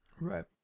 right